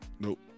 Nope